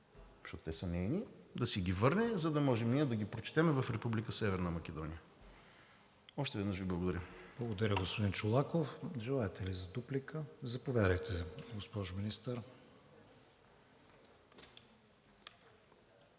защото те са нейни, да си ги върне, за да можем ние да ги прочетем в Република Северна Македония. Още веднъж Ви благодаря. ПРЕДСЕДАТЕЛ КРИСТИАН ВИГЕНИН: Благодаря, господин Чолаков. Желаете ли дуплика? Заповядайте, госпожо Министър.